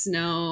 no